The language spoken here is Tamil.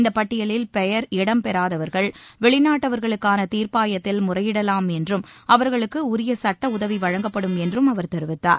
இந்தப் பட்டியலில் பெயர் இடம் பெறாதவர்கள் வெளிநாட்டவர்களுக்கான தீர்ப்பாயத்தில் முறையிடலாம் என்றும் அவர்களுக்கு உரிய சட்ட உதவி வழங்கப்படும் என்றும் அவர் தெரிவித்தார்